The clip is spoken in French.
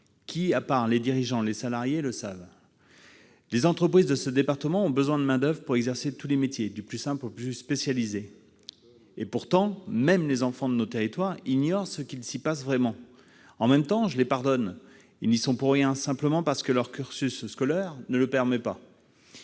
qui, à part, les dirigeants et les salariés, le sait ? Les entreprises de ce département ont besoin de main-d'oeuvre pour exercer tous les métiers, du plus simple au plus spécialisé. Pourtant, même les enfants de nos territoires ignorent ce qu'il s'y passe vraiment. En même temps, je les pardonne : ils n'y sont pour rien ; c'est simplement parce que leur cursus scolaire ne le permet pas.